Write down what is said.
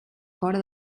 fora